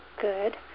good